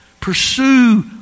Pursue